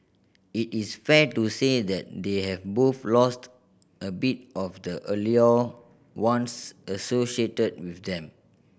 it is fair to say that they have both lost a bit of the allure once associated with them